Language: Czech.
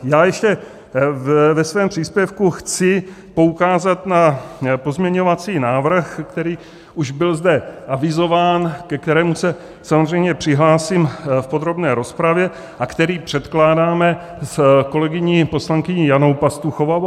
Já ještě ve svém příspěvku chci poukázat na pozměňovací návrh, který už byl zde avizován, ke kterému se samozřejmě přihlásím v podrobné rozpravě a který předkládáme s kolegyní poslankyní Janou Pastuchovou.